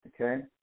Okay